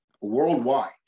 Worldwide